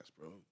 bro